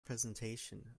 presentation